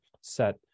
set